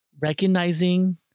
recognizing